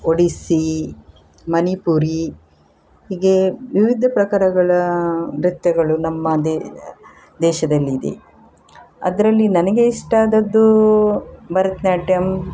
ಒಡಿಸ್ಸೀ ಮಣಿಪುರಿ ಹೀಗೆ ವಿವಿಧ ಪ್ರಕಾರಗಳ ನೃತ್ಯಗಳು ನಮ್ಮ ದೇ ದೇಶದಲ್ಲಿದೆ ಅದರಲ್ಲಿ ನನಗೆ ಇಷ್ಟಾದದ್ದು ಭರತನಾಟ್ಯಂ